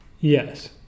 Yes